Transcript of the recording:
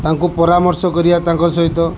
ତାଙ୍କୁ ପରାମର୍ଶ କରିବା ତାଙ୍କ ସହିତ